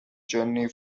journey